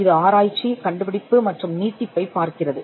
இது ஆராய்ச்சி கண்டுபிடிப்பு மற்றும் நீட்டிப்பைப் பார்க்கிறது